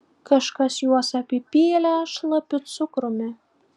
kažkas juos apipylė šlapiu cukrumi